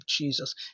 Jesus